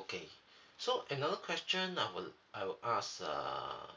okay so another question I want to I would ask err